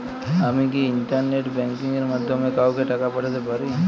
আমি কি internet banking এর মাধ্যমে কাওকে টাকা পাঠাতে পারি?